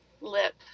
lip